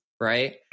right